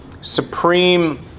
supreme